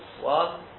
one